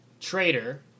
Traitor